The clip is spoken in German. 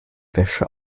wäsche